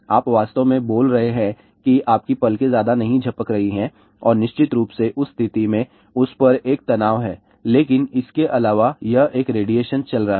आप वास्तव में बोल रहे हैं कि आपकी पलकें ज्यादा नहीं झपक रही हैं और निश्चित रूप से उस स्थिति में उस पर एक तनाव है लेकिन इसके अलावा यह एक रेडिएशन चल रहा है